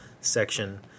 section